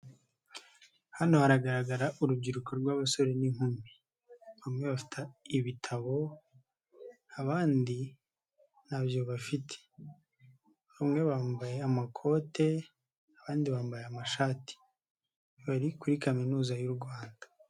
Hano haragaragara urubyiruko rw'abasore n'inkumi, bamwe bafite ibitabo abandi ntabyo bafite, bamwe bambaye amakote abandi bambaye amashati, bari kuri kaminuza y'u Rwanda.